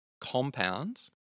compounds